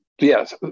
yes